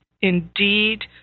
indeed